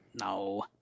No